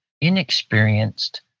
inexperienced